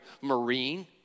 Marine